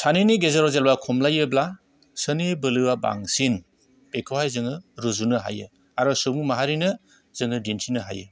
सानैनि गेजेराव जोङो खमलायोब्ला सोरनि बोलोआ बांसिन बेखौ जों रुजुनो हायो आरो सुबुं माहारिनो जोङो दिन्थिनो हायो